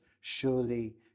surely